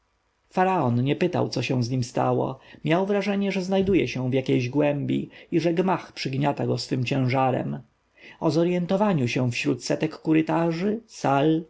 nie pytał co się z nim stało miał wrażenie że znajduje się w jakiejś głębi i że gmach przygniata go swym ciężarem o zorjentowaniu się wśród setek korytarzy